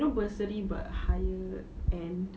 you know bursary but higher end